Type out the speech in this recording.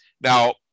Now